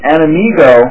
Anamigo